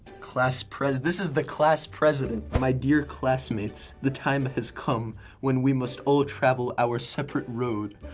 class pres this is the class president. my dear classmates, the time has come when we must all travel our separate roads.